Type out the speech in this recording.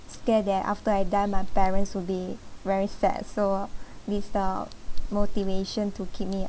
scared that after I die my parents will be very sad so these are motivation to keep me